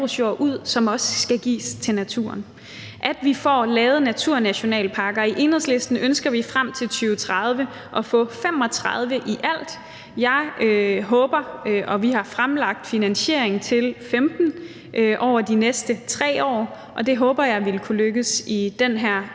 som også skal gives til naturen, og at vi får lavet naturnationalparker. I Enhedslisten ønsker vi frem til 2030 at få 35 i alt. Jeg håber, at vi kan få – og vi har fremlagt finansiering til – 15 over de næste 3 år; det håber jeg vil kunne lykkes i den her